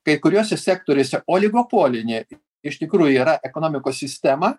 kai kuriuose sektoriuose oligopolinė iš tikrųjų yra ekonomikos sistema